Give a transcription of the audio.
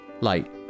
light